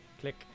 Click